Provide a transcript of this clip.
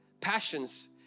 passions